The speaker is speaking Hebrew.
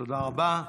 תודה רבה.